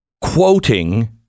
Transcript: quoting